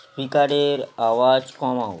স্পিকারের আওয়াজ কমাও